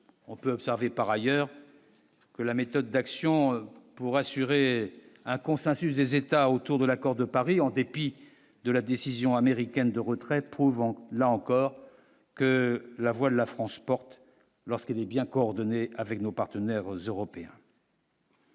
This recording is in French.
on peut observer par ailleurs que la méthode d'action pour assurer un consensus des États autour de l'accord de Paris, en dépit de la décision américain. De retraite, trouvant là encore que la voix de la France porte lorsqu'elle est bien coordonner avec nos partenaires européens.